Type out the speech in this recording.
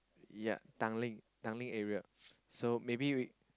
ya Tanglin Tanglin area so maybe we